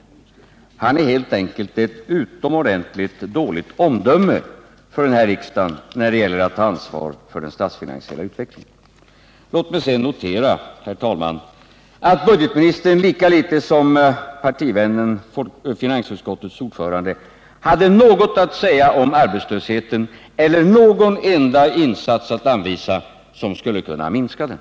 Herr Mundebo är helt enkelt ett utomordentligt dåligt föredöme för denna riksdag när det gäller att ta ansvar för den statsfinansiella utvecklingen. Låt mig sedan notera, herr talman, att budgetministern lika litet som partivännen, finansutskottets ordförande, hade något att säga om arbetslösheten eller någon enda insats att anvisa som skulle kunna minska den.